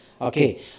Okay